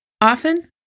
Often